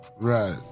Right